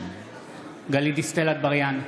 גלית דיסטל אטבריאן,